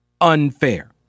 unfair